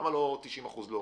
למה לא להוריד 90%?